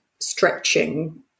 stretching